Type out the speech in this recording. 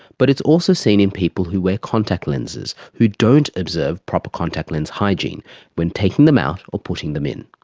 but it's also seen in people who wear contact lenses who don't observe proper contact lens hygiene when taking them out or putting them in.